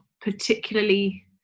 particularly